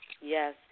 Yes